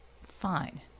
Fine